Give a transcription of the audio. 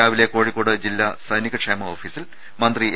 രാവിലെ കോഴിക്കോട് ജില്ലാ സൈനികക്ഷേമ ഓഫീസിൽ മന്ത്രി എ